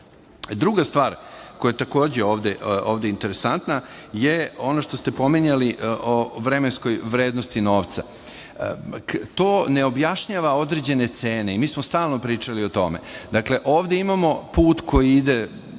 tačno. Druga stvar, koja je takođe ovde interesantna je ono što ste pominjali o vremenskoj vrednosti novca. To ne objašnjava određene cene i mi smo stalno pričali o tome. Dakle, ovde imamo put koji ide,